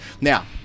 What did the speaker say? Now